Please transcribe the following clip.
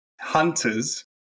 Hunters